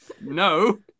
no